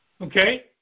Okay